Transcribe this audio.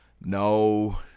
no